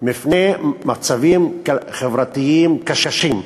מפני מצבים חברתיים קשים,